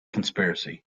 conspiracy